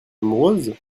amoureuse